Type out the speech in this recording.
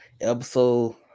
episode